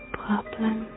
problem